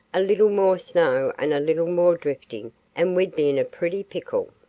a little more snow and a little more drifting and we'd be in a pretty pickle.